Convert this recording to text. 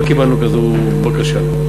לא קיבלנו בקשה כזאת.